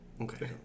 Okay